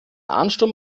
ansturm